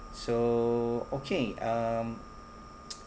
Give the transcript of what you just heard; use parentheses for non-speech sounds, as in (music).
so okay um (noise)